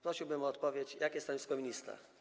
Prosiłbym o odpowiedź, jakie jest stanowisko ministra.